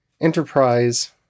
Enterprise